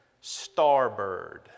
Starbird